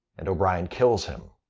and o'brien kills him.